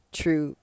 true